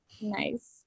Nice